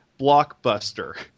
Blockbuster